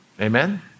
Amen